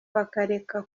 bakareka